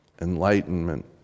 Enlightenment